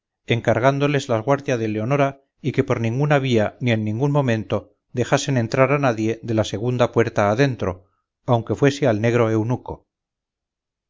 encargándoles la guarda de leonora y que por ninguna vía ni en ningún modo dejasen entrar a nadie de la segunda puerta adentro aunque fuese al negro eunuco